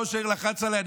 ראש העיר לחץ עליי,